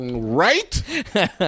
Right